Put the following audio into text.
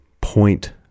point